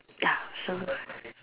ya so